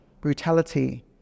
brutality